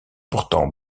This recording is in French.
pourtant